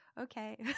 okay